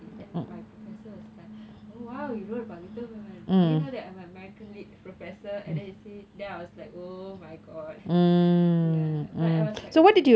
and my professor was like oh !wow! you wrote about little women did you know that I'm american literature professor and then you say then I was like oh my god ya but I was like okay